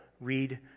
read